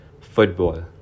Football